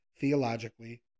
theologically